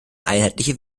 einheitliche